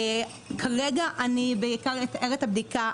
וכרגע אני אתאר את הבדיקה בעיקר.